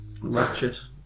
ratchet